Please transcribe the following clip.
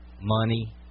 money